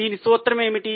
దీని సూత్రం ఏమిటి